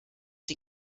die